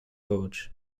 gauge